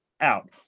out